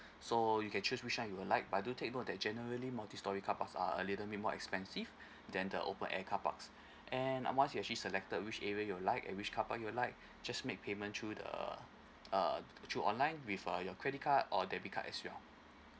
so you can choose which one you would like but do take note that generally multi storey carpark are a little bit more expensive than the open air carparks and once you actually selected which area you'd like and which carpark you like just make payment through the uh through online with uh your credit card or debit card as well